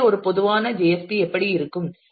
எனவே ஒரு பொதுவான ஜேஎஸ்பி எப்படி இருக்கும்